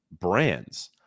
brands